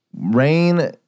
Rain